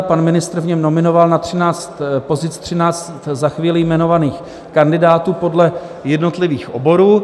Pan ministr v něm nominoval na 13 pozic 13 za chvíli jmenovaných kandidátů podle jednotlivých oborů.